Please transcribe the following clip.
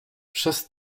przez